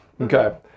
Okay